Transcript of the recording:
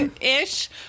Ish